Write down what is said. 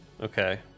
Okay